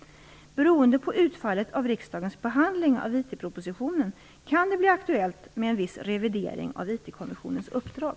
Beroende på utfallet av riksdagens behandling av IT-propositionen kan det bli aktuellt med en viss revidering av IT-kommissionens uppdrag.